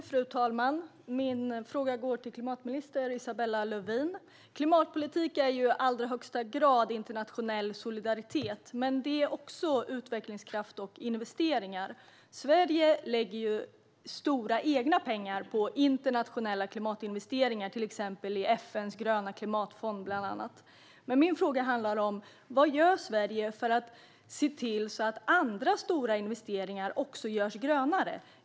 Fru talman! Min fråga går till klimatminister Isabella Lövin. Klimatpolitik är i allra högsta grad internationell solidaritet. Men det är också utvecklingskraft och investeringar. Sverige lägger stora egna pengar på internationella klimatinvesteringar, bland annat i FN:s gröna klimatfond. Men min fråga är: Vad gör Sverige för att se till att andra stora investeringar också görs grönare?